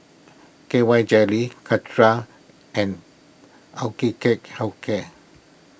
K Y Jelly Caltrate and Health Care